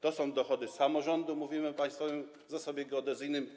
To są dochody samorządu, mówimy o państwowym zasobie geodezyjnym.